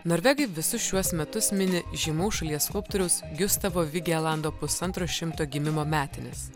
norvegai visus šiuos metus mini žymaus šalies skulptoriaus giustavo vigelando pusantro šimto gimimo metines